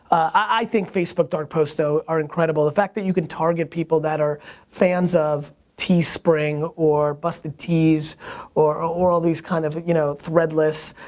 i think facebook dark posts, though are incredible. the fact that you can target people that are fans of teespring or bustedtees or all these kind of you know threadless,